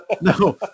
no